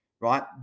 right